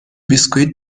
بیسکوییت